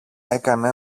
έκανε